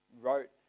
wrote